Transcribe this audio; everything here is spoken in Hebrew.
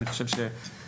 אני חושב שמבחינתנו,